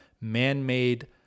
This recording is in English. man-made